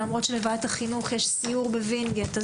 למרות שלוועדת החינוך יש סיור בווינגייט.